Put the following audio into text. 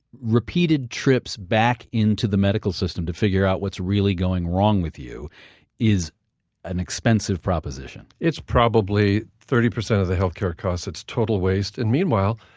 repeated trips back into the medical system to figure out what's really going wrong with you is an expensive proposition it's probably thirty percent of the health care costs it's total waste. and meanwhile,